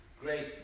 great